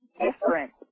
different